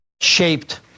shaped